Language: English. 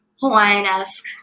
hawaiian-esque